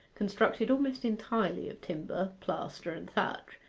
constructed almost entirely of timber, plaster, and thatch,